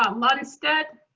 um lunstead.